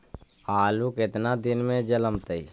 आलू केतना दिन में जलमतइ?